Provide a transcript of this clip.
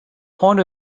point